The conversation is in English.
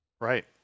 Right